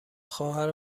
خواهر